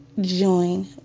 join